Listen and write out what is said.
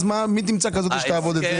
בכל הארץ.